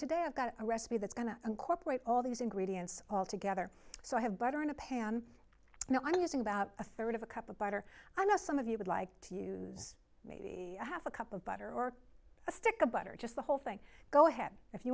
today i've got a recipe that's going to incorporate all these ingredients all together so i have butter in a pan and i'm using about a third of a cup of butter i know some of you would like to use maybe a half a cup of butter or a stick of butter just the whole thing go ahead if you